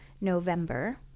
november